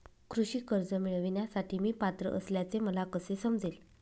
कृषी कर्ज मिळविण्यासाठी मी पात्र असल्याचे मला कसे समजेल?